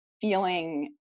feeling